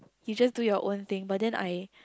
you just do your own thing but then I